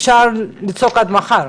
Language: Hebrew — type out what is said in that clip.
אפשר לצעוק עד מחר.